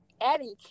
adding